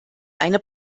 eine